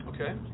Okay